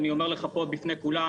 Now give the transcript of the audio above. אני אומר לך פה בפני כולם,